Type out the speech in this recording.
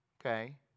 okay